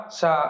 sa